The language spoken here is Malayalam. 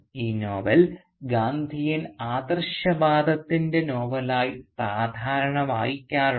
ഈ നോവൽ ഗാന്ധിയൻ ആദർശവാദത്തിൻറെ നോവലായി സാധാരണയായി വായിക്കാറുണ്ട്